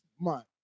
month